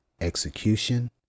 execution